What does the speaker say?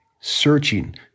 searching